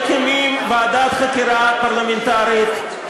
מקימים ועדת חקירה פרלמנטרית,